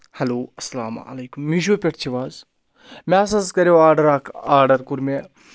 hello اَسلامُ علیکُم میٖشو پؠٹھ چھِو حظ مےٚ حظ کَریو آرڈَر اَکھ آرڈَر کوٚر مےٚ